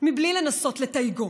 מבלי לנסות לתייגו.